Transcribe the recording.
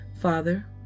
Father